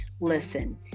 Listen